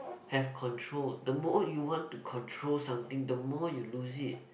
have control the more you want to control something the more you lose it